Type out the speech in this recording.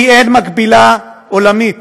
כי אין מקבילה עולמית